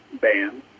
band